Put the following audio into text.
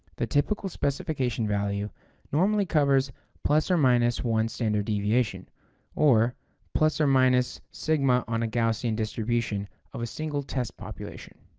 the typical specification value normally covers plus or minus one standard deviation or plus or minus sigma on a gaussian distribution of a single test population.